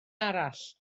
arall